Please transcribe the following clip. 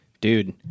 Dude